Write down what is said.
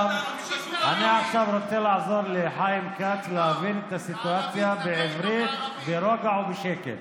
עכשיו רוצה לעזור לחיים כץ להבין את הסיטואציה בעברית ברוגע ובשקט.